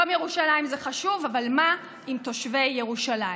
יום ירושלים זה חשוב, אבל מה עם תושבי ירושלים?